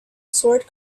sword